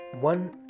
one